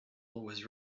was